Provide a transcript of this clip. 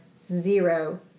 zero